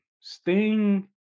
Sting